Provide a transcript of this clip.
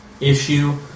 issue